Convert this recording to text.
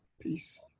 Peace